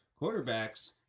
quarterbacks